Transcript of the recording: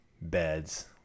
beds